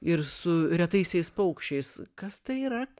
ir su retaisiais paukščiais kas tai yra